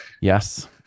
yes